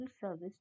service